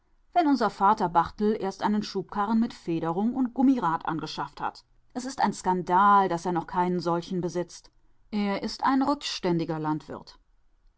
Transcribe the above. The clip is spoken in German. wenn unser vater barthel erst einen schubkarren mit federung und gummirad angeschafft hat es ist ein skandal daß er noch keinen solchen besitzt er ist ein rückständiger landwirt